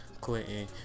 Clinton